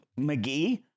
McGee